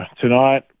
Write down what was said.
tonight